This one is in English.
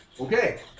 Okay